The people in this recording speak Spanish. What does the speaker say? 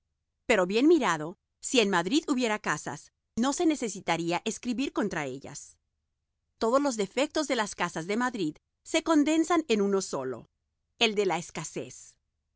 pero bien mirado si en madrid hubiera casas no se necesitaría escribir contra ellas todos los defectos de las casas de madrid se condensan en uno solo el de la escasez